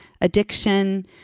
addiction